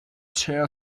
chair